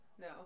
No